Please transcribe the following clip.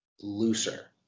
looser